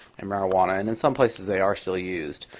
and marijuana. and in some places, they are still used.